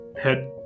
head